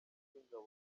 w’ingabo